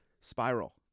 spiral